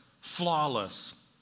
flawless